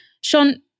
Sean